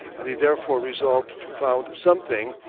and he therefore resolved to found something,